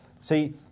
see